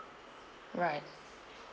right